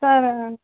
sir